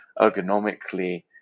ergonomically